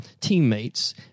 teammates